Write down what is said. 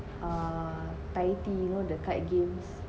err dai di you know the card games